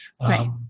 Right